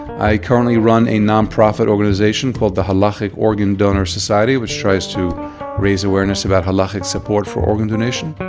i currently run a non-profit organization called the halachic organ donor society which tries to raise awareness about halachic support for organ donation.